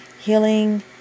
healing